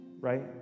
right